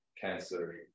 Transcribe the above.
cancer